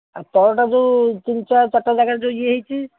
ଆଉ ତଳଟା ଯେଉଁ ତିନିଟା ଚାରିଟା ଜାଗାରେ ଯେଉଁ ଇଏ ହେଇଛି